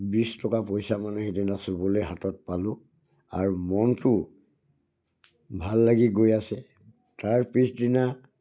বিছ টকা পইচা মানে সেইদিনা চুবলৈ হাতত পালোঁ আৰু মনটো ভাল লাগি গৈ আছে তাৰ পিছদিনা